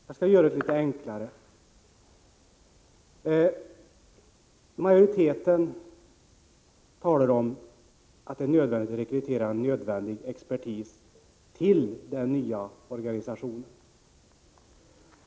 Herr talman! Jag skall göra det litet enklare: Majoriteten talar om att det är nödvändigt att rekrytera erforderlig expertis till den nya organisationen.